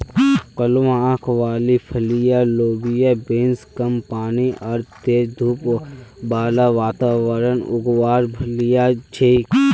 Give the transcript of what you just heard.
कलवा आंख वाली फलियाँ लोबिया बींस कम पानी आर तेज धूप बाला वातावरणत उगवार फलियां छिके